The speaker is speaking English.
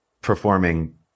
performing